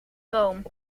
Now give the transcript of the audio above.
boom